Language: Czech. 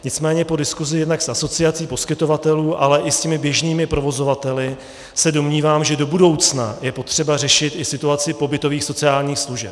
Nicméně po diskusi jednak s asociací poskytovatelů, ale i s běžnými provozovateli se domnívám, že do budoucna je potřeba řešit i situaci pobytových sociálních služeb.